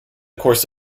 course